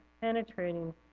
penetrating